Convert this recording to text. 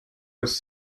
was